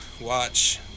watch